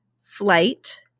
flight